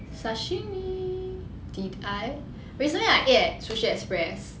sashimi did I recently I ate at sushi express